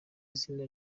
izina